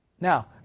Now